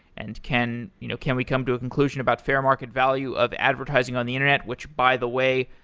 and can you know can we come to a conclusion about fair market value of advertising on the internet, which by the way,